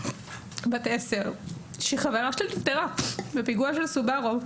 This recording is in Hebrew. בת עשר, שחברה שלה נפטרה בפיגוע של סבארו.